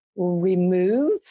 Remove